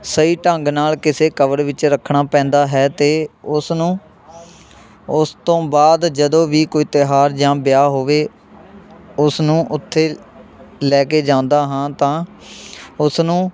ਸਹੀ ਢੰਗ ਨਾਲ਼ ਕਿਸੇ ਕਵਰ ਵਿੱਚ ਰੱਖਣਾ ਪੈਂਦਾ ਹੈ ਅਤੇ ਉਸ ਨੂੰ ਉਸ ਤੋਂ ਬਾਅਦ ਜਦੋਂ ਵੀ ਕੋਈ ਤਿਉਹਾਰ ਜਾਂ ਵਿਆਹ ਹੋਵੇ ਉਸ ਨੂੰ ਉੱਥੇ ਲੈ ਕੇ ਜਾਂਦਾ ਹਾਂ ਤਾਂ ਉਸਨੂੰ